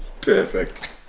perfect